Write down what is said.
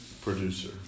Producer